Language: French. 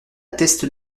teste